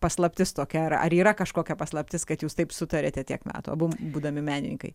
paslaptis tokia ar ar yra kažkokia paslaptis kad jūs taip sutariate tiek metų abu būdami menininkai